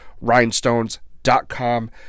rhinestones.com